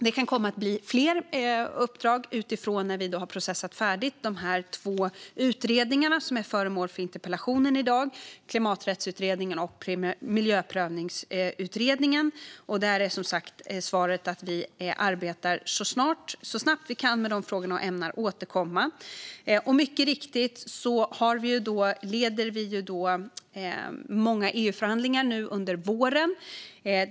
Det kan komma att bli fler uppdrag när vi har processat färdigt de två utredningar som tas upp i interpellationen, det vill säga Klimaträttsutredningen och Miljöprövningsutredningen. Svaret är som sagt att vi arbetar så snabbt vi kan med dessa frågor och ämnar återkomma. Mycket riktigt leder vi många EU-förhandlingar under våren.